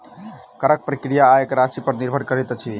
करक प्रक्रिया आयक राशिपर निर्भर करैत अछि